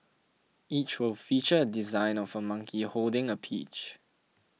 each will feature a design of a monkey holding a peach